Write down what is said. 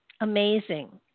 amazing